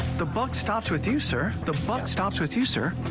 the buck stops with you sir, the buck stops with you sir,